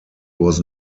was